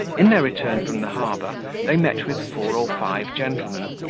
in their return from the harbour they met with four or five gentlemen,